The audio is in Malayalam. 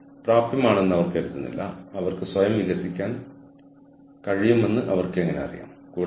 മത്സരാധിഷ്ഠിത നേട്ടം കൈവരിക്കുന്നതിന് നമ്മൾക്ക് ചില തന്ത്രങ്ങളുണ്ട്